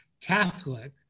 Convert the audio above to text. Catholic